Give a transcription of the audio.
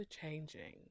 changing